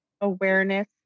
awareness